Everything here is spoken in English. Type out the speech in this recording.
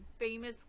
famous